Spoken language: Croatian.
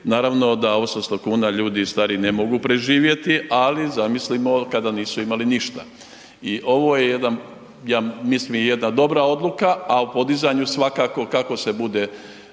Naravno da s 800 kuna ljudi stari ne mogu preživjeti ali zamislimo kada nisu imali ništa. I ovo je jedna, ja mislim dobra odluka, a o podizanju svakako kako se bude